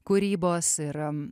kūrybos ir